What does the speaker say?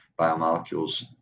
biomolecules